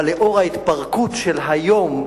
אבל לאור ההתפרקות של היום,